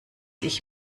ich